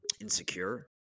insecure